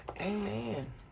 Amen